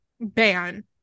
ban